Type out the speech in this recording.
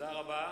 תודה רבה.